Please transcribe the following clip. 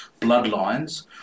bloodlines